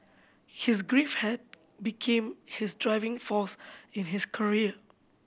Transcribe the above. his grief had became his driving force in his career